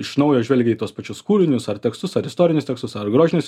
iš naujo žvelgia į tuos pačius kūrinius ar tekstus ar istorinius tekstus ar grožinės